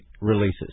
releases